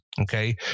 okay